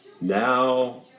Now